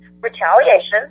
retaliation